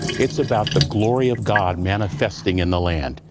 it's about the glory of god manifesting in the land.